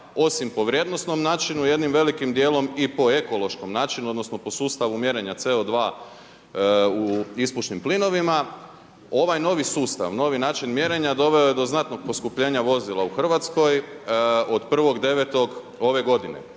osim po vrijednosnom načinu jednim velikim dijelom i po ekološkom načinu odnosno po sustavu mjerenja CO2 u ispušnim plinovima. Ovaj novi sustav, novi način mjerenja doveo je do znatnog poskupljenja vozila u Hrvatskoj od 1.9. ove godine.